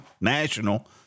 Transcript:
National